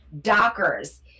dockers